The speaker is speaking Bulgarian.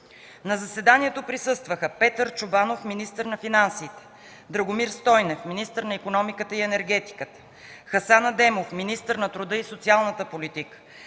На заседанието присъстваха: Петър Чобанов – министър на финансите, Драгомир Стойнев – министър на икономиката и енергетиката, Хасан Адемов – министър на труда и социалната политика,